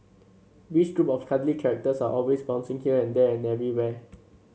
which group of cuddly characters are always bouncing here and there and everywhere